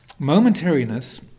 Momentariness